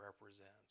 represents